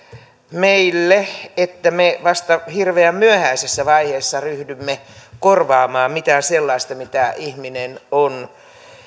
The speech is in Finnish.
meille että me vasta hirveän myöhäisessä vaiheessa ryhdymme korvaamaan sellaista mitä ihminen on